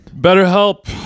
BetterHelp